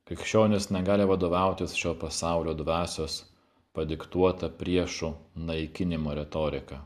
krikščionys negali vadovautis šio pasaulio dvasios padiktuota priešų naikinimo retorika